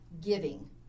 giving